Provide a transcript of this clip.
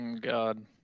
God